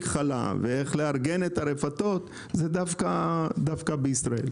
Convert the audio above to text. חלב ואיך לארגן את הרפתות זה דווקא בישראל.